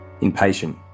impatient